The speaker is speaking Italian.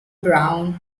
brown